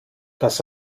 das